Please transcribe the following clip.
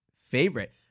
favorite